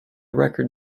record